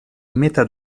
meta